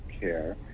care